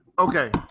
Okay